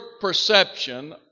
perception